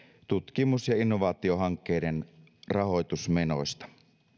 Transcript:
tutkimus ja innovaatiohankkeiden rahoitusmenoista